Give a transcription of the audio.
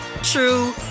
true